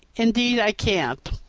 indeed i can't.